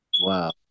Wow